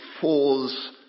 falls